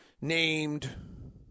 named